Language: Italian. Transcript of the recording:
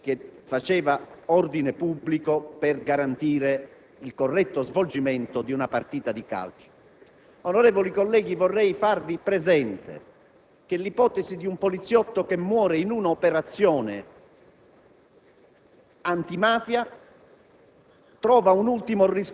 di un ispettore della Polizia di Stato in servizio di ordine pubblico per garantire il corretto svolgimento di una partita di calcio. Onorevoli colleghi, vorrei farvi presente che l'ipotesi di un poliziotto deceduto in un'operazione